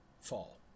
fall